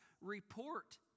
report